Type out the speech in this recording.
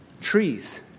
trees